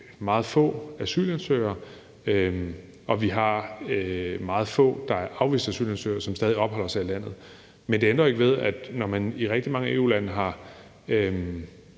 meget få asylansøgere, og vi har meget få afviste asylansøgere, som stadig opholder sig i landet, men det ændrer jo ikke ved, at når de i rigtig mange EU-lande får